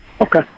Okay